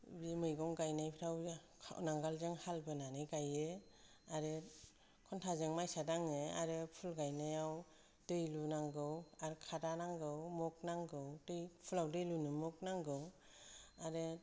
बे मैगं गायनायफ्राव नांगोलजों हाल बोनानै गायो आरो खन्थाजों माइसा दाङो आरो फुल गायनायाव दै लुनांगौ आरो खादा नांगौ मग नांगौ दै फुलाव दै लुनो मग नांगौ आरो